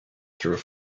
through